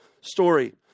story